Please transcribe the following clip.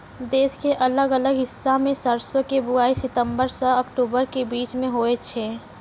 देश के अलग अलग हिस्सा मॅ सरसों के बुआई सितंबर सॅ अक्टूबर के बीच मॅ होय छै